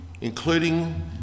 including